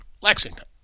Lexington